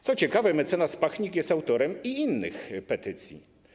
Co ciekawe, mecenas Pachnik jest autorem i innych petycji.